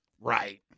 Right